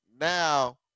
Now